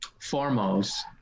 Foremost